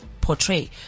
portray